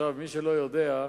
מי שלא יודע,